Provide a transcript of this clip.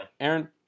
Aaron